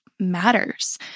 matters